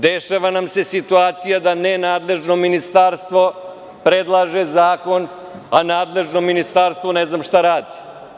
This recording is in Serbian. Dešava nam se situacija da nenadležno ministarstvo predlaže zakon, a nadležno ministarstvo ne znam šta radi.